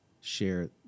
share